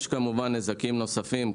יש כמובן נזקים נוספים,